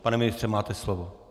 Pane ministře, máte slovo.